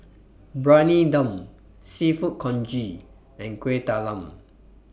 Briyani Dum Seafood Congee and Kueh Talam